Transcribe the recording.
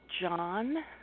John